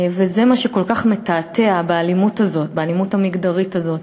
וזה מה שכל כך מתעתע באלימות המגדרית הזאת,